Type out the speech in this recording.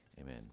Amen